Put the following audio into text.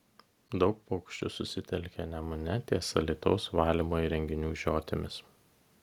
daug paukščių susitelkė nemune ties alytaus valymo įrenginių žiotimis